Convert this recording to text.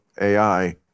AI